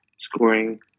scoring